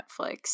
Netflix